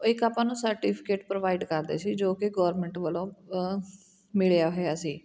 ਇੱਕ ਆਪਾਂ ਨੂੰ ਸਰਟੀਫਿਕੇਟ ਪ੍ਰੋਵਾਈਡ ਕਰਦੇ ਸੀ ਜੋ ਕਿ ਗੌਰਮੈਂਟ ਵੱਲੋਂ ਮਿਲਿਆ ਹੋਇਆ ਸੀ